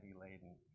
laden